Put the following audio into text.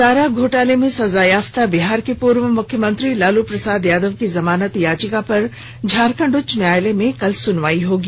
चारा घोटाला में सजायाफ्ता बिहार के पूर्व मुख्यमंत्री लालू प्रसाद यादव की जमानत याचिका पर झारखंड उच्च न्यायालय में कल सुनवाई होगी